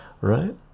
right